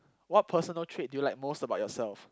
what personal trait do you like most about yourself